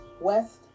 west